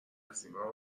هستیم